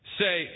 say